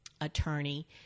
attorney